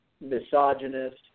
misogynist